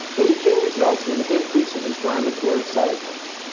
aging results in an increase of inflammatory cytokines.